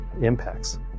impacts